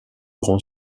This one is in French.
grand